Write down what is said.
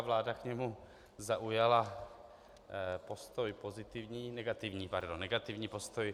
Vláda k němu zaujala postoj pozitivní negativní, pardon, negativní postoj.